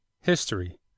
History